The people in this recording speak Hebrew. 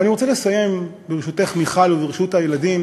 אבל אני רוצה לסיים, ברשותך, מיכל, וברשות הילדים